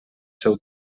seu